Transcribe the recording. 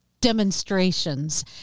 demonstrations